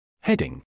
Heading